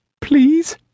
Please